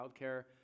childcare